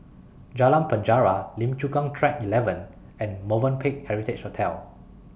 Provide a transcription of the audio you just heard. Jalan Penjara Lim Chu Kang Track eleven and Movenpick Heritage Hotel